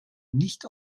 nicht